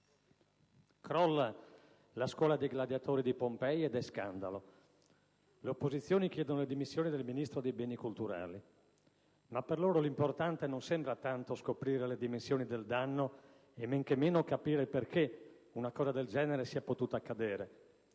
crolla la Scuola dei gladiatori di Pompei ed è scandalo. Le opposizioni chiedono le dimissioni del Ministro dei beni culturali, ma per loro l'importante non sembra tanto scoprire le dimensioni del danno, e men che meno capire il perché una cosa del genere sia potuta accadere.